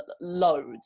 loads